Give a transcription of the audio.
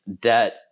debt